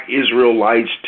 Israelites